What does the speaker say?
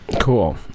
Cool